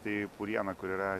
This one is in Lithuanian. tai purieną kur yra